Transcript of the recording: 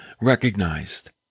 recognized